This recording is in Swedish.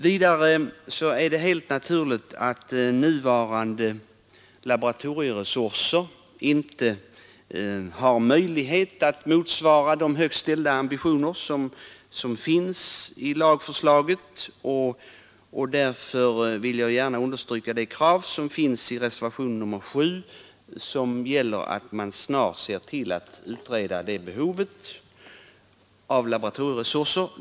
Vidare är det helt naturligt att nuvarande laboratorieresurser inte motsvarar de högt ställda ambitionerna i lagförslaget. Därför vill jag understryka kravet i reservationen 7 att man snarast bör se till att utreda behovet av laboratorieresurser.